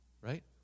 right